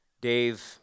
Dave